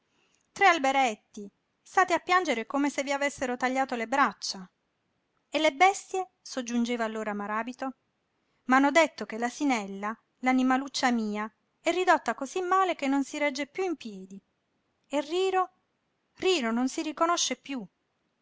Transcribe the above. vicine tre alberetti state a piangere come se vi avessero tagliato le braccia e le bestie soggiungeva allora maràbito m'hanno detto che l'asinella l'animaluccia mia è ridotta cosí male che non si regge piú in piedi e riro riro non si riconosce piú